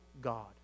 God